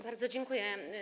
Bardzo dziękuję.